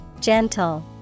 gentle